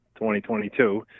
2022